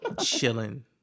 chilling